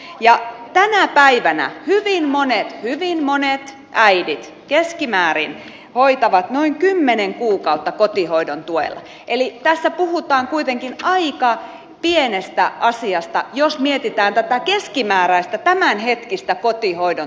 ja tänä päivänä äidit hyvin monet äidit keskimäärin hoitavat noin kymmenen kuukautta kotihoidon tuella eli tässä puhutaan kuitenkin aika pienestä asiasta jos mietitään tätä keskimääräistä tämänhetkistä kotihoidon tuen käyttöä